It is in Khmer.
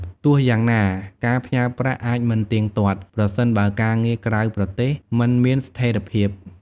ទោះយ៉ាងណា ការផ្ញើប្រាក់អាចមិនទៀងទាត់ ប្រសិនបើការងារក្រៅប្រទេសមិនមានស្ថេរភាព។